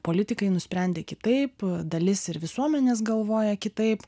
politikai nusprendė kitaip dalis ir visuomenės galvoja kitaip